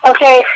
Okay